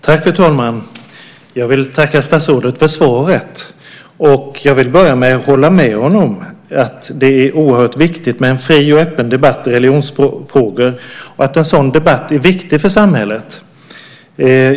Fru talman! Jag vill tacka statsrådet för svaret. Jag vill börja med att hålla med honom om att det är oerhört viktigt med en fri och öppen debatt i religionsfrågor och att en sådan debatt är viktig för samhället.